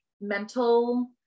mental